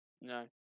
No